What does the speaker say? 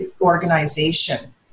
organization